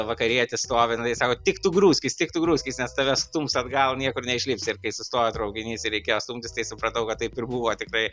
vakarietis stovi nu tai sako tik tu grūskis tik grūskis nes tave stums atgal niekur neišlipsi ir kai sustojo traukinys ir reikėjo stumtis tai supratau kad taip ir buvo tikrai